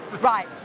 Right